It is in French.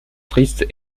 triste